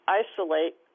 isolate